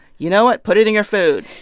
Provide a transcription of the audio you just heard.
you know what? put it in your food.